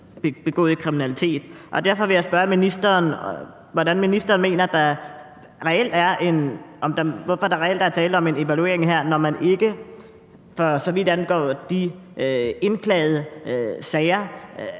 Derfor vil jeg spørge ministeren, hvorfor der her reelt er tale om en evaluering, når det, for så vidt angår de indklagede sager,